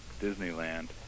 Disneyland